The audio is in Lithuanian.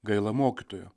gaila mokytojo